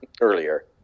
earlier